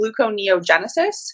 gluconeogenesis